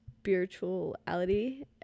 spirituality